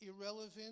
irrelevant